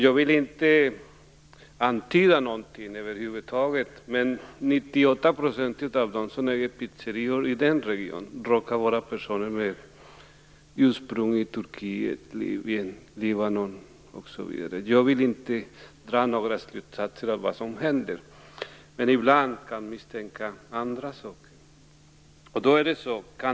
Jag vill inte antyda någonting, men 98 % av dem som äger pizzerior i den regionen råkar vara personer med ursprung i Turkiet, Libanon osv. Jag vill inte dra några slutsatser av vad som händer, men ibland kan man misstänka andra saker.